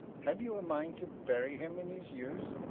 have you a mind to bury him in his youth?